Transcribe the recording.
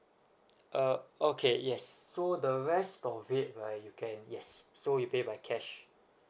uh okay yes so the rest of it right you can yes so you pay by cash